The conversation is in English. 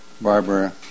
Barbara